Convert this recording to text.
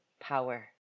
power